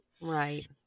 Right